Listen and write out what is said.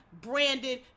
branded